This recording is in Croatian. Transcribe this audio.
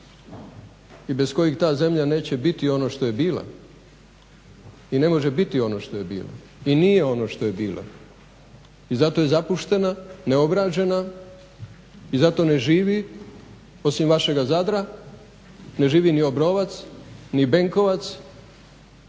i bez kojih ta zemlja neće biti ono što je bila i ne može biti ono što je bila i nije ono što je bila i zato je zapuštena, neobrađena i zato ne živi osim vašega Zadra, ne živi ni Obrovac ni Benkovac